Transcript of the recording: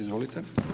Izvolite.